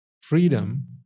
freedom